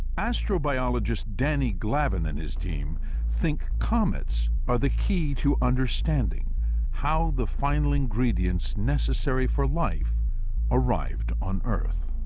astrobiologist danny glavin and his team think comets are the key to understanding how the final ingredients necessary for life arrived on earth.